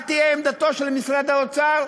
מה תהיה עמדתו של משרד האוצר,